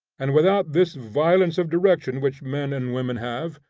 and without this violence of direction which men and women have,